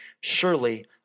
surely